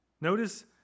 Notice